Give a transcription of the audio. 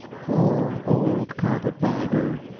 poor old carpet bagger!